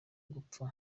gupfa